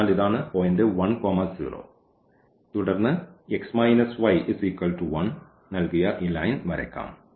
അതിനാൽ ഇതാണ് പോയിന്റ് 10 തുടർന്ന് x y 1 നൽകിയ ഈ ലൈൻ വരയ്ക്കാം